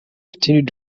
continued